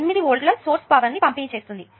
8 volt source power ను పంపిణీ చేస్తుంది